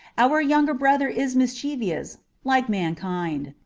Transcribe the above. our younger brother is mischievous, like mankind.